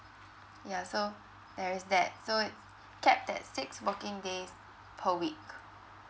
ya so there is that so capped at six working days per week